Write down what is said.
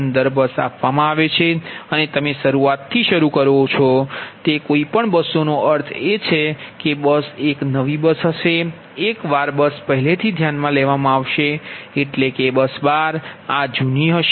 સંદર્ભ બસ આપવામાં આવે છે અને તમે શરૂઆતથી શરૂ કરો છો તે કોઈ પણ બસનો અર્થ એ છે કે બસ એક નવી બસ હશે એકવાર બસ પહેલેથી ધ્યાનમાં લેવામાં આવશે એટલે કે બસ બાર જૂની બસ હશે